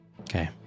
Okay